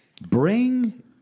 bring